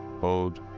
hold